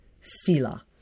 Sila